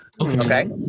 okay